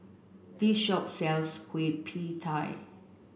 this shop sells Kueh Pie Tee